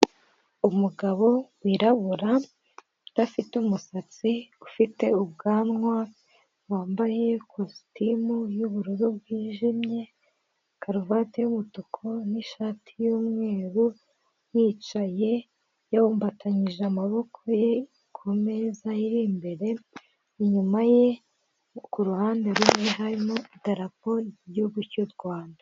Umugabo wirabura udafite umusatsi; ufite ubwanwa, wambaye kositimu y'ubururu bwijimye, karuvati y'umutuku n'ishati y'umweru, yicaye yabumbatanyije amaboko ye ku meza iri imbere, inyuma ye ku ruhande rumwe harimo idarapo ry'igihugu cy'u Rwanda.